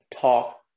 talk